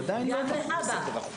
גם להבא,